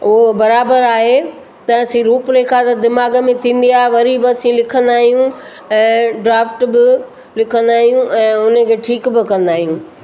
उहो बराबरु आहे त असीं रूप रेखा जो दिमाग़ में थींदी आहे वरी बि असीं लिखंदा आहियूं ऐं ड्राफ्ट बि लिखंदा आहियूं ऐं उन खे ठीकु बि कंदा आहियूं